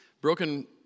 Broken